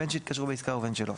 בין שהתקשרו בעסקה ובין שלא.